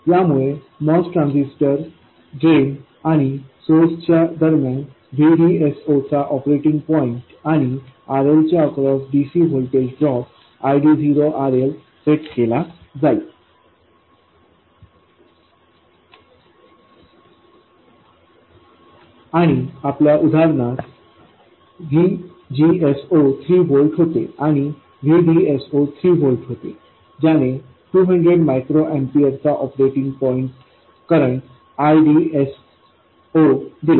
यामुळे MOS ट्रान्झिस्टरच्या drain आणि सोर्स च्या दरम्यानVDS0 चा ऑपरेटिंग पॉईंट आणि RLच्या across dc voltage drop ID0 RL set केला जाईल आणि आपल्या उदाहरणात VGS0 3 व्होल्ट होते आणि VDS0 3 व्होल्ट होते ज्याने 200 मायक्रो एम्पीयर चा ऑपरेटिंग पॉईंट करंटIDS0दिला